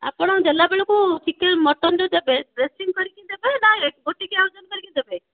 ଆପଣ ଦେଲା ବେଳକୁ ଚିକେନ୍ ମଟନ୍ ଯେଉଁ ଦେବେ ଡ୍ରେସିଂ କରିକି ଦେବେ ନା ଗୋଟିକିଆ ଓଜନ କରିକି ଦେବେ